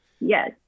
Yes